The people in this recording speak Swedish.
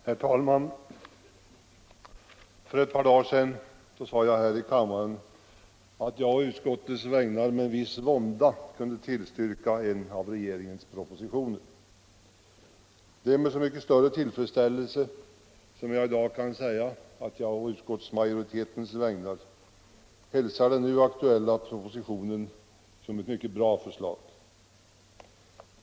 Herr talman! För ett par dagar sedan sade jag här i kammaren att jag å utskottets vägnar med en viss vånda kunde tillstyrka en av regeringens propositioner. Det är med så mycket större tillfredsställelse som jag i dag kan säga att jag å utskottsmajoritetens vägnar hälsar den nu aktuella propositionen som ett mycket bra förslag.